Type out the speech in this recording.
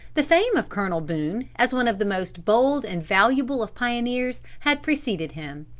the fame of colonel boone, as one of the most bold and valuable of pioneers, had preceded him.